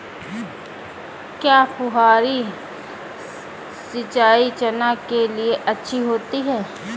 क्या फुहारी सिंचाई चना के लिए अच्छी होती है?